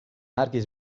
herkes